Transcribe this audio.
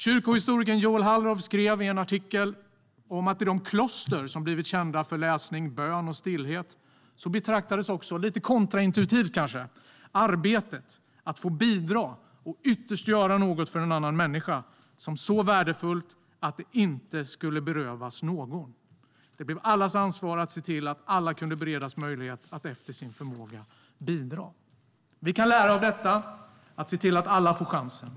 Kyrkohistorikern Joel Halldorf skrev i en artikel att i de kloster som blivit kända för läsning, bön och stillhet betraktades, kanske lite kontraintuitivt, också arbetet och att få bidra och ytterst göra något för en annan människa som så värdefullt att det inte skulle berövas någon. Det blev allas ansvar att se till att alla kunde beredas möjlighet att efter sin förmåga bidra. Vi kan lära av detta och se till att alla får chansen.